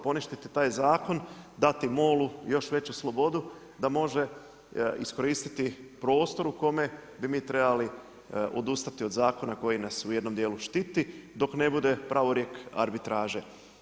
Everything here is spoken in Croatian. Poništiti taj zakon, dati MOL-u još veću slobodu da može iskoristiti prostor u kome bi mi trebali odustati od zakona koji nas u jednom dijelu štiti dok ne bude pravorijek arbitraže.